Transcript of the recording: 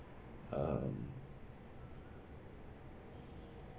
um